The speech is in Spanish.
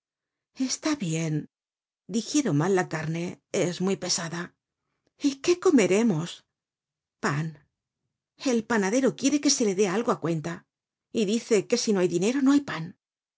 está bien digiero mal la carne es muy pesada y qué comeremos pan el panadero quiere que se le dé algo á cuenta y dice que si no hay dinero no hay pan